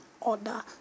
order